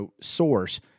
source